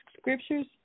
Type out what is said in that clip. scriptures